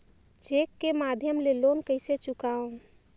Cheque के माध्यम ले लोन कइसे चुकांव?